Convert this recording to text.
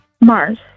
Mars